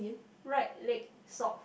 right leg sock